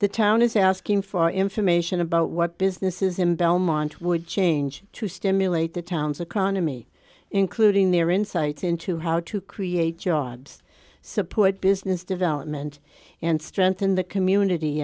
the town is asking for information about what businesses in belmont would change to stimulate the town's economy including their insights into how to create jobs support business development and strengthen the community